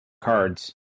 cards